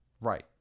Right